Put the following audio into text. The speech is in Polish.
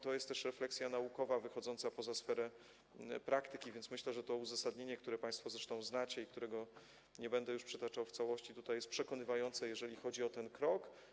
To jest też refleksja naukowa wychodząca poza sferę praktyki, więc myślę, że to uzasadnienie, które państwo zresztą znacie i którego nie będę już przytaczał w całości, jest przekonywające, jeżeli chodzi o ten krok.